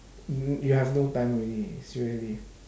you you have no time already seriously